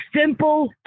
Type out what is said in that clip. Simple